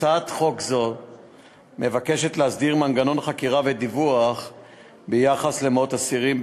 הצעת חוק זו מבקשת להסדיר מנגנון חקירה ודיווח ביחס למאות אסירים.